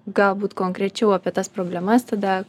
galbūt konkrečiau apie tas problemas tada